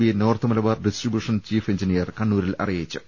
B north Malabar distribution chief engineer കണ്ണൂരിൽ അറിയിച്ചു